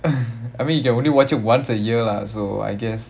I mean you can only watch it once a year lah so I guess